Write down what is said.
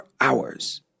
hours